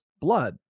blood